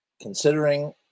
Considering